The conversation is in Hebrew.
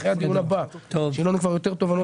אחרי הדיון הבא, כשיהיו לנו כבר יותר תובנות.